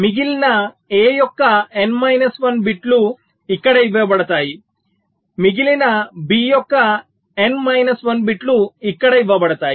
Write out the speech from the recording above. మిగిలిన A యొక్క n minus 1 బిట్లు ఇక్కడ ఇవ్వబడతాయి మిగిలిన B యొక్క n మైనస్ 1 బిట్లు ఇక్కడ ఇవ్వబడతాయి